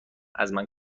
ازمن